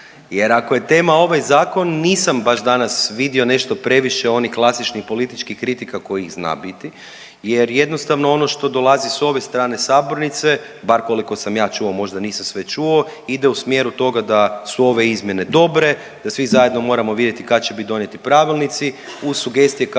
jer ako je tema ovaj zakon nisam baš danas vidio nešto previše onih klasičnih političkih kritika kojih ih zna biti jer jednostavno ono što dolazi s ove strane sabornice, bar koliko sam ja čuo, možda nisam sve čuo ide u smjeru toga da su ove izmjene dobre, da svi zajedno moramo vidjeti kad će bit donijeti pravilnici, uz sugestije kao